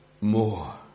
more